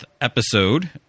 episode